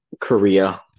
Korea